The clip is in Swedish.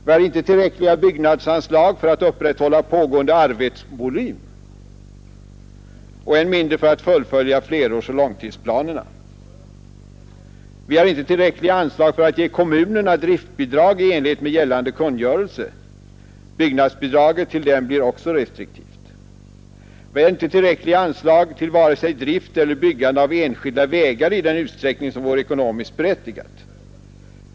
Vi har inte tillräckliga byggnadsanslag för att upprätthålla pågående arbetsvolym och än mindre för att fullfölja flerårsoch långtidsplanerna. Vi har inte tillräckliga anslag för att ge kommunerna driftbidrag i enlighet med gällande kungörelse. Byggnadsbidraget till dem blir också restriktivt. Vi har inte tillräckliga anslag till vare sig drift eller byggande av enskilda vägar i den utsträckning som vore ekonomiskt berättigat.